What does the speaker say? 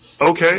okay